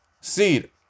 seed